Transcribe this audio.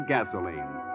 Gasoline